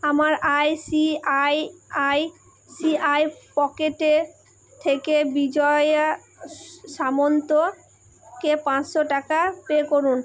আমার I C I I C I পকেটে থেকে বিজয়া সামন্তকে পাঁচশো টাকা পে করুন